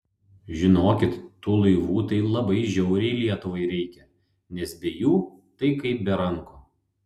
žinokit tų laivų tai labai žiauriai lietuvai reikia nes be jų tai kaip be rankų